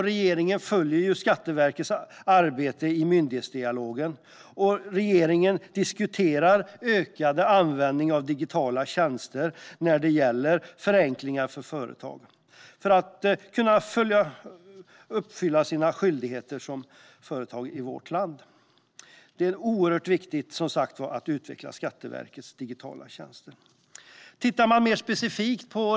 Regeringen följer Skatteverkets arbete i myndighetsdialogen och diskuterar en ökad användning av digitala tjänster för att göra det enklare för företagen att fullgöra sina skyldigheter som företag i vårt land. Det är som sagt oerhört viktigt att utveckla Skatteverkets digitala tjänster.